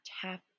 tap